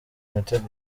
mitego